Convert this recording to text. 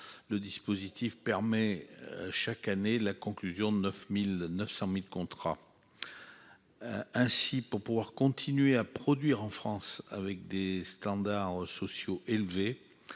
le dispositif permet chaque année la conclusion de 900 000 contrats. Ainsi, pour continuer à produire en France, avec des standards sociaux élevés,